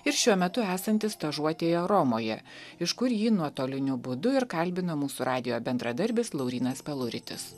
ir šiuo metu esantis stažuotėje romoje iš kur jį nuotoliniu būdu ir kalbino mūsų radijo bendradarbis laurynas peluritis